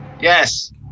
Yes